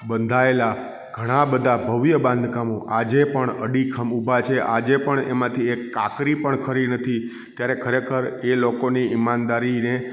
બંધાયેલા ઘણાં બધાં ભવ્ય બાંધકામો આજે પણ અડીખમ ઉભા છે આજે પણ એમાંથી એક કાંકરી પણ ખરી નથી ત્યારે ખરેખર એ લોકોની ઈમાનદારીને